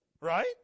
right